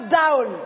down